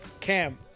Cam